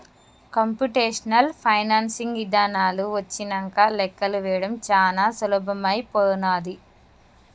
computational financing ఇదానాలు వచ్చినంక లెక్కలు వేయడం చానా సులభమైపోనాది